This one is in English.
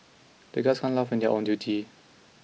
the guards can't laugh when they are on duty